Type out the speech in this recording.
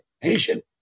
patient